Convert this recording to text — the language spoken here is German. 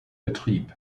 betrieb